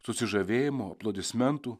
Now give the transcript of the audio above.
susižavėjimo aplodismentų